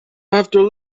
after